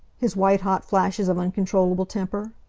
his white hot flashes of uncontrollable temper?